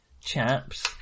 chaps